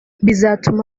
bizatuma